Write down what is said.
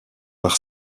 par